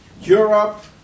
Europe